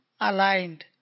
aligned